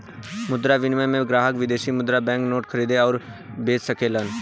मुद्रा विनिमय में ग्राहक विदेशी मुद्रा बैंक नोट खरीद आउर बे सकलन